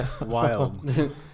Wild